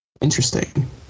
Interesting